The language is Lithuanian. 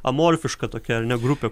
amorfiška tokia ar ne grupė